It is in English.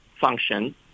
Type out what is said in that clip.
function